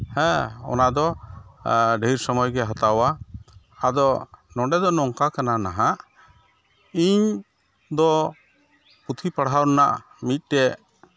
ᱦᱮᱸ ᱚᱱᱟᱫᱚ ᱰᱷᱮᱨ ᱥᱚᱢᱚᱭᱜᱮ ᱦᱟᱛᱟᱣᱟ ᱟᱫᱚ ᱱᱚᱰᱮ ᱫᱚ ᱱᱚᱝᱠᱟ ᱠᱟᱱᱟ ᱱᱟᱦᱟᱸᱜ ᱤᱧᱫᱚ ᱯᱩᱛᱷᱤ ᱯᱟᱲᱦᱟᱣ ᱨᱮᱱᱟᱜ ᱢᱤᱫᱴᱮᱡ